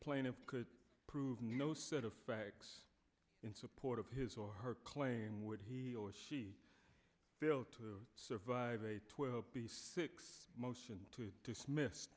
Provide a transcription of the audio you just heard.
plaintiff could prove no set of facts in support of his or her claim would he or she built to survive a twelve b six motion to dismiss